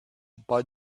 bud